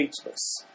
speechless